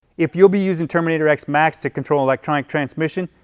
if you'll be using terminator x max to control electronic transmission,